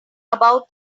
about